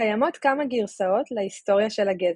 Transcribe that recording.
קיימות כמה גרסאות להיסטוריה של הגזע.